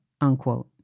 Unquote